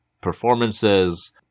performances